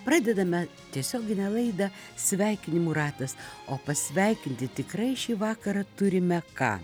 pradedame tiesioginę laidą sveikinimų ratas o pasveikinti tikrai šį vakarą turime ką